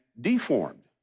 deformed